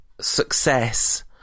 success